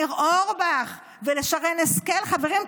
ואני קוראת לניר אורבך ולשרן השכל: חברים,